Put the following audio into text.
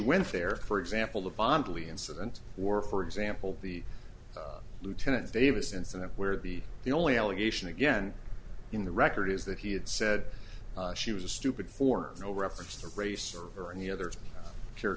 went there for example the fondly incident or for example the lieutenant davis incident where the the only allegation again in the record is that he had said she was a stupid for no reference to race or or any other ch